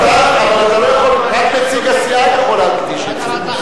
אבל רק נציג הסיעה יכול להדגיש את זה.